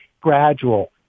gradual